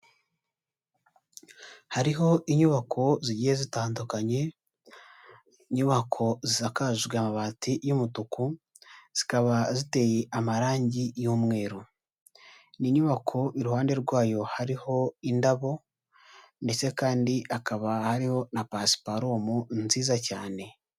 Hariho inyubako zigiye zitandukanye, inyubako zasakajwe amabati y'umutuku, zikaba ziteye amarangi y'umweru, ni inyubako iruhande rwayo hariho indabo ndetse kandi akaba hariho na pasipurumu nziza cyane.